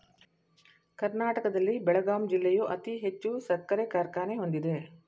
ಕರ್ನಾಟಕದಲ್ಲಿ ಬೆಳಗಾಂ ಜಿಲ್ಲೆಯು ಅತಿ ಹೆಚ್ಚು ಸಕ್ಕರೆ ಕಾರ್ಖಾನೆ ಹೊಂದಿದೆ